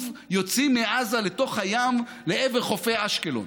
יוצאים מעזה לתוך הים לעבר חופי אשקלון.